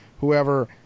whoever